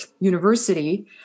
university